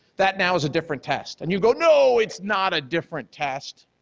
that now is a different test and you go, no, it's not a different test.